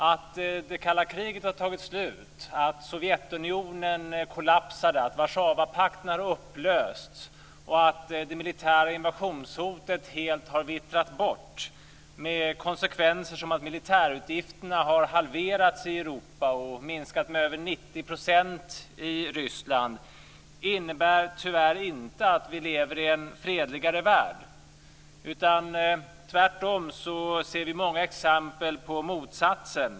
Att det kalla kriget har tagit slut, att Sovjetunionen kollapsade, att Warszawapakten är upplöst och att det militära invasionshotet helt har vittrat bort med konsekvenser som att militärutgifterna har halverats i Europa och minskat med över 90 % i Ryssland innebär tyvärr inte att vi lever i en fredligare värld. Tvärtom ser vi många exempel på motsatsen.